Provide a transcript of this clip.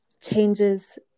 changes